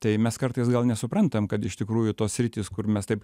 tai mes kartais gal nesuprantam kad iš tikrųjų tos sritys kur mes taip